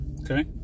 Okay